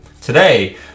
Today